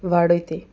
वाडयती